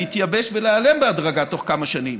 להתייבש ולהיעלם בהדרגה בתוך כמה שנים.